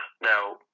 Now